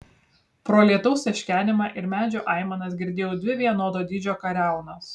pro lietaus teškenimą ir medžių aimanas girdėjau dvi vienodo dydžio kariaunas